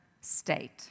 state